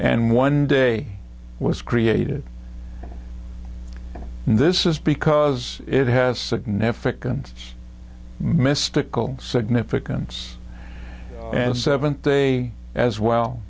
and one day was created and this is because it has significance mystical significance and seventh day as well